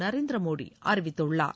நரேந்திரமோடி அறிவித்துள்ளார்